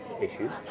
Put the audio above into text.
issues